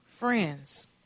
Friends